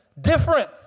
different